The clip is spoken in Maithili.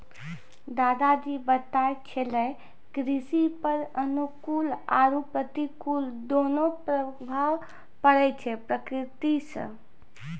दादा जी बताय छेलै कृषि पर अनुकूल आरो प्रतिकूल दोनों प्रभाव पड़ै छै प्रकृति सॅ